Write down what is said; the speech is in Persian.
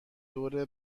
دور